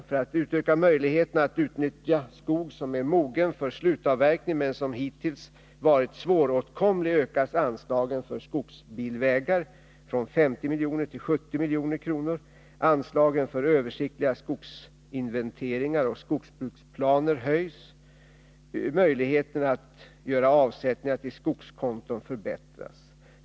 För att utöka möjligheterna att utnyttja skog som är mogen för slutavverkning men som hittills varit svåråtkomlig ökas anslagen för skogsbilvägar från 50 milj.kr. till 70 milj.kr. Anslagen för översiktliga skogsinventeringar och skogsbruksplaner höjs. Möjligheterna att göra avsättningar till skogskonton förbättras.